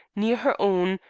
near her own,